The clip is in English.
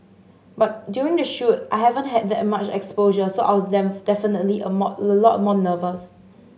but during the shoot I haven't had that much exposure so I was definitely a more a lot more nervous